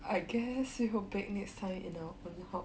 I guess we could bake next time in our own house